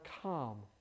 Calm